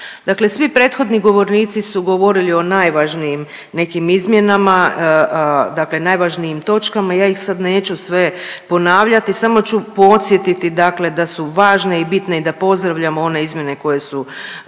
Dakle svi prethodnim govornici su govorili o najvažnijim nekim izmjenama, dakle najvažnijim točkama i ja ih sad neću sve ponavljati, samo ću podsjetiti dakle da su važne i bitne i da pozdravljamo one izmjene koje su